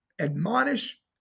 admonish